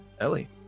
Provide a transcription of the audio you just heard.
Ellie